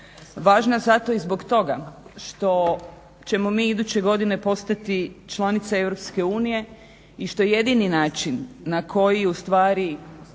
važna zato i zbog toga što ćemo mi iduće godine postati članica EU i što je jedini način na koji ustvari